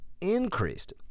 increased